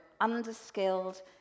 under-skilled